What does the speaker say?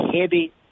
heavy